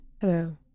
hello